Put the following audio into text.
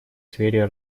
сфере